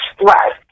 Right